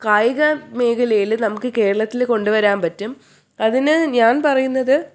കായിക മേഖലയിൽ നമുക്ക് കേരളത്തിൽ കൊണ്ടുവരാൻ പറ്റും അതിന് ഞാൻ പറയുന്നത്